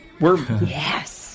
Yes